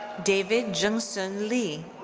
david jungsun lee.